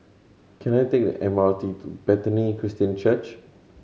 can I take the M R T to Bethany Christian Church